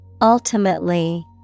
Ultimately